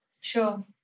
Sure